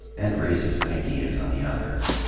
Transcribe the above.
and racist ideas on the other.